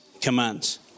commands